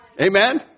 Amen